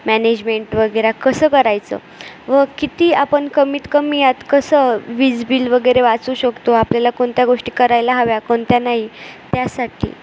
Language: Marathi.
मॅनेजमेंट वगैरे कसं करायचं व किती आपण कमीत कमी यात कसं वीज बिल वगैरे वाचवू शकतो आपल्याला कोणत्या गोष्टी करायला हव्या कोणत्या नाही त्यासाठी